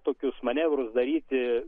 tokius manevrus daryti